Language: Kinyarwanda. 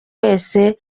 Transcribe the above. wese